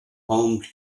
poems